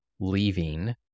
leaving